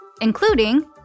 including